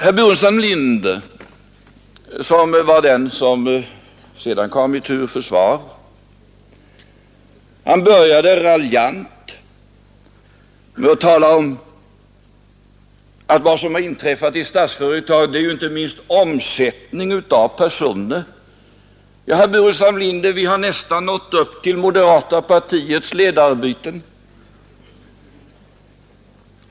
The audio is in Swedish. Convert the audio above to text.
Herr Burenstam Linder, som var den som sedan kom i tur för svar, började raljant med att tala om att vad som har inträffat i Statsföretag är inte minst en omsättning av personer. Ja, herr Burenstam Linder, vi har nästan nått upp till moderata samlingspartiets ledarbyten.